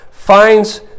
finds